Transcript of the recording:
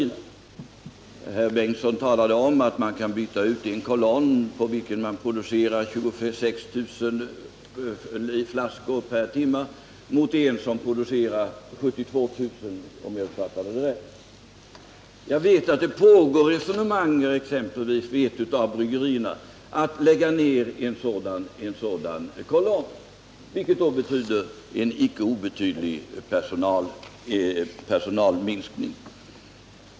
Herr Bengtsson talade om att man kan byta ut en kolonn på vilken man producerar 26 000 flaskor per timme mot en som producerar 72 000, om jag uppfattade det rätt. Jag vet att det pågår resonemang om att lägga ned en sådan mindre kolonn och ersätta produktionsbortfallet vid någon av de större anläggningarna, vilket då innebär en icke obetydlig personalminskning vid ett av småbryggerierna.